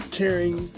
caring